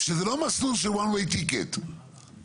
זה לא מסלול של כרטיס לכיוון אחד.